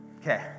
Okay